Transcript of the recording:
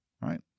Right